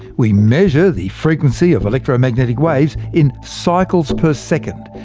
we measure the frequency of electromagnetic waves in cycles per second,